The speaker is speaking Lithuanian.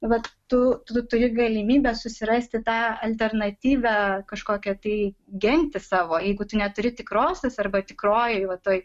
vat tu turi galimybę susirasti tą alternatyvią kažkokią tai gentį savo jeigu tu neturi tikrosios arba tikroji va toj